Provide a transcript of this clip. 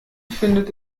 findet